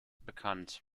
bekannt